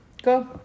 Go